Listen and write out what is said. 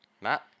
Matt